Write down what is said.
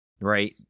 right